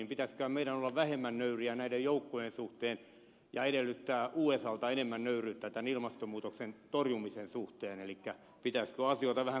pitäisiköhän meidän olla vähemmän nöyriä näiden joukkojen suhteen ja edellyttää usalta enemmän nöyryyttä tämän ilmastonmuutoksen torjumisen suhteen elikkä pitäisikö asioita vähän koplata